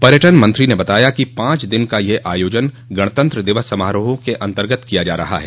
पर्यटन मंत्री ने बताया कि पांच दिन का यह आयोजन गणतंत्र दिवस समारोहों के अंतर्गत किया जा रहा है